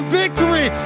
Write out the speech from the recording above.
victory